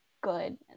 good